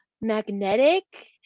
magnetic